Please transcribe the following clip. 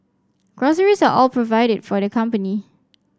groceries are all provided for the company